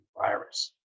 virus